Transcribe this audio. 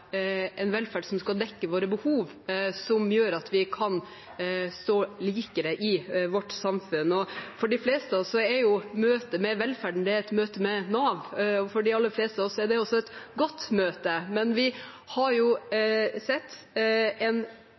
en velferd som skal dekke våre behov, som gjør at vi kan stå likere i vårt samfunn. For de fleste av oss er møtet med velferden et møte med Nav. For de aller fleste av oss er det også et godt møte, men vi har sett en